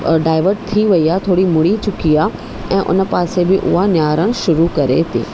divert थी वेई आहे थोरी मुड़ी चुकी आहे ऐं हुन पासे बि उहा निहारणु शुरू करे थी